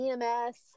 EMS